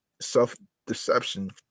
self-deception